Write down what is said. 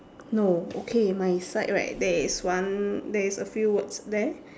no okay my side right there is one there is a few words there